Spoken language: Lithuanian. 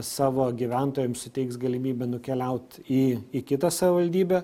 savo gyventojams suteiks galimybę nukeliaut į į kitą savivaldybę